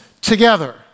together